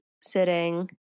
sitting